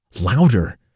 louder